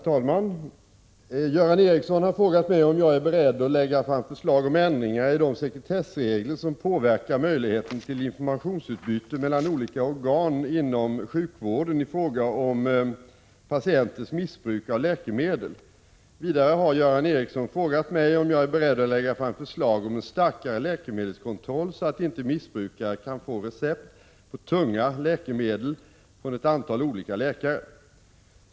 Herr talman! Göran Ericsson har frågat mig om jag är beredd att lägga fram förslag om ändringar i de sekretessregler som påverkar möjligheten till informationsutbyte mellan olika organ inom sjukvården i fråga om patienters missbruk av läkemedel. Vidare har Göran Ericsson frågat mig om jag är beredd att lägga fram förslag om en starkare läkemedelskontroll så att inte missbrukare kan få recept på ”tunga” läkemedel från ett antal olika läkare.